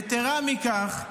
יתרה מכך,